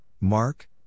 Mark